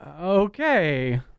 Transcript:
Okay